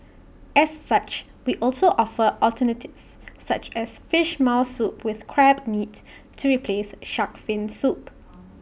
as such we also offer alternatives such as Fish Maw Soup with Crab meat to replace Shark's fin soup